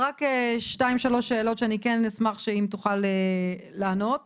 רק שתיים-שלוש שאלות שאני אשמח אם תוכל לענות עליהן.